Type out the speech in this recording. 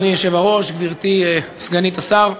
גברתי סגנית השר,